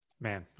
man